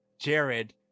Jared